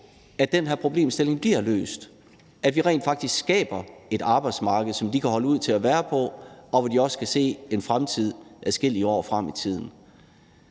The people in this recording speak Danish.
at den her problemstilling bliver løst, og at vi rent faktisk skaber et arbejdsmarked, som de kan holde til at være på, og hvor de også kan se en fremtid for sig adskillige år frem i tiden.